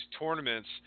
tournaments